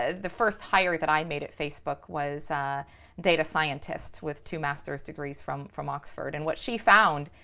ah the first hire that i made at facebook was a data scientist with two masters degrees from from oxford. and what she found,